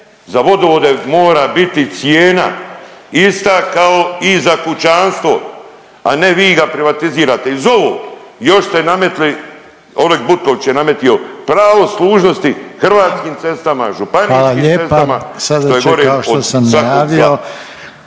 za vodovode mora biti cijena ista kao i za kućanstvo, a ne vi ga privatizirate i uz ovo još ste nametnuli, Oleg Butković je nametio pravo služnosti Hrvatskih cestama, Županijskim cestama…/Upadica Reiner: